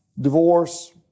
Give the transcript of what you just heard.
divorce